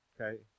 Okay